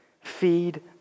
feed